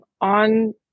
on